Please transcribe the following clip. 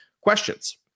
questions